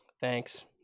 Thanks